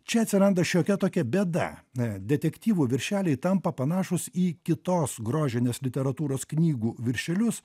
čia atsiranda šiokia tokia bėda na detektyvų viršeliai tampa panašūs į kitos grožinės literatūros knygų viršelius